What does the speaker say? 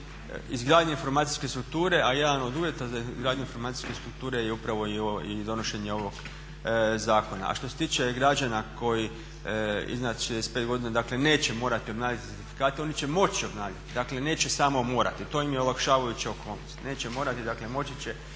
izgradnja informacijske strukture a jedan od uvjeta za izgradnju informacijske strukture je upravo i donošenje ovog zakona. A što se tiče građana koji su iznad 65 godina dakle neće morati obnavljati certifikat, oni će moći obnavljati. Dakle, neće samo morati. To im je olakšavajuća okolnost. Neće morati, dakle moći će